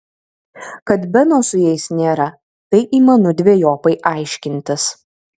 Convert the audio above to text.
kad beno su jais nėra tai įmanu dvejopai aiškintis